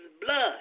blood